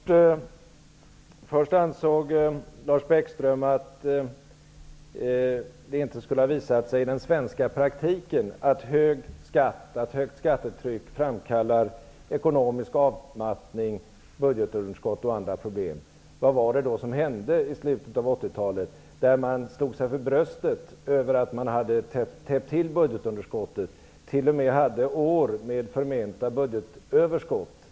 Herr talman! Först ansåg Lars Bäckström att det inte skulle ha visat sig i den svenska praktiken att ett högt skattetryck framkallar ekonomisk avmattning, budgetunderskott och andra problem. Vad var det då som hände i slutet av 80-talet, då man slog sig för bröstet därför att man hade täppt till budgetunderskottet och t.o.m. hade år med förmenta budgetöverskott?